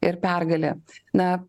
ir pergalė na